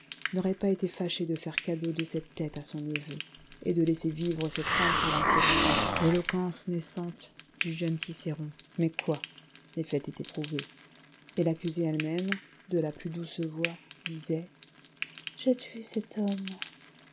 n'aurait pas été fâché de faire cadeau de cette tête à son neveu et de laisser vivre cette femme pour encourager l'éloquence naissante du jeune cicéron mais quoi les faits étaient prouvés et l'accusée elle-même de la plus douce voix disait j'ai tué cet homme